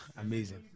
Amazing